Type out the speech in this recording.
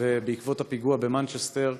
על הפיגוע במנצ'סטר,